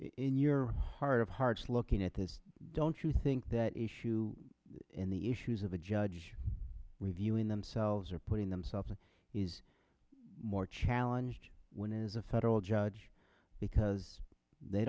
in your heart of hearts looking at this don't you think that issue in the issues of a judge reviewing themselves or putting themselves in is more challenging when is a federal judge because they